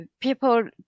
people